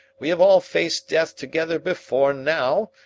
we have all faced death together before now.